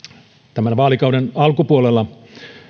tämän vaalikauden alkupuolella